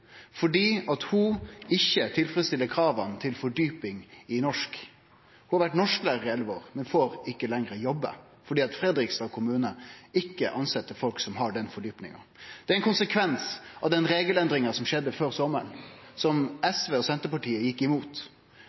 ho ikkje tilfredsstiller krava til fordjuping i norsk. Ho har vore norsklærar i elleve år, men får ikkje lenger jobbe, fordi Fredrikstad kommune ikkje tilset folk som ikkje har den fordjupinga. Det er ein konsekvens av den regelendringa som skjedde før sommaren, som SV og Senterpartiet gjekk imot.